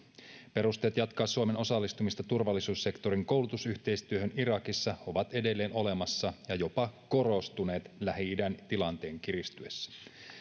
perusteet jatkaa suomen osallistumista turvallisuussektorin koulutusyhteistyöhön irakissa ovat edelleen olemassa ja jopa korostuneet lähi idän tilanteen kiristyessä